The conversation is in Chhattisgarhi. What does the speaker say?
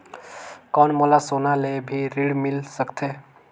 कौन मोला सोना ले भी ऋण मिल सकथे?